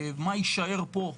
מה יישאר פה,